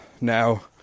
Now